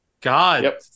god